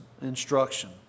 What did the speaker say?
instruction